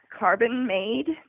CarbonMade